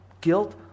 guilt